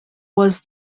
was